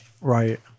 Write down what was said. right